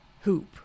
hoop